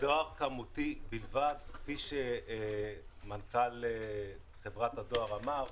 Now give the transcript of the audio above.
דואר כמותי בלבד, כפי שמנכ"ל חברת הדואר אמר.